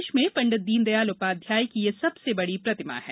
देश में पंडित दीनदयाल उपाध्याय की सबसे बडी प्रतिमा है